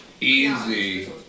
easy